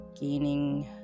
gaining